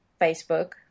Facebook